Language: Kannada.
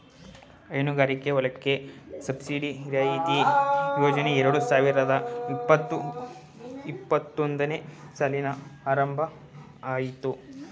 ಹೈನುಗಾರಿಕೆ ಹೊಲಕ್ಕೆ ಸಬ್ಸಿಡಿ ರಿಯಾಯಿತಿ ಯೋಜನೆ ಎರಡು ಸಾವಿರದ ಇಪ್ಪತು ಇಪ್ಪತ್ತೊಂದನೇ ಸಾಲಿನಲ್ಲಿ ಆರಂಭ ಅಯ್ತು